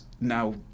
now